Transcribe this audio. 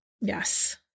Yes